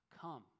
come